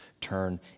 turn